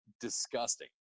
disgusting